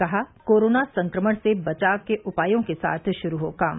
कहा कोरोना संक्रमण से बचाव के उपायों के साथ शुरू हो काम